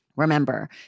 Remember